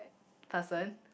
person